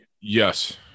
Yes